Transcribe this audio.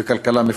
וכלכלה מפותחת.